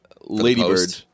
Ladybird